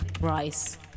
rice